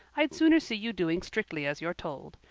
i'd sooner see you doing strictly as you're told.